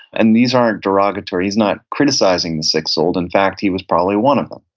and these aren't derogatory. he's not criticizing the sick-souled. in fact, he was probably one of them.